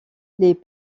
les